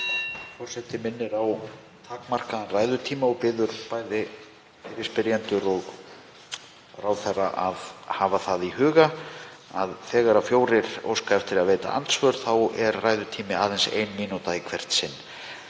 Forseti minnir á takmarkaðan ræðutíma og biður bæði fyrirspyrjendur og ráðherra að hafa það í huga að þegar fjórir óska eftir að veita andsvör þá er ræðutími aðeins ein mínúta í hvert sinn.)